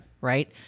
right